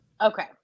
Okay